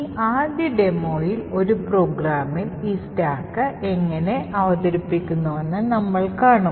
ഈ ആദ്യ ഡെമോയിൽ ഒരു പ്രോഗ്രാമിൽ ഈ സ്റ്റാക്ക് എങ്ങനെ അവതരിപ്പിക്കുന്നുവെന്ന് നമ്മൾ കാണും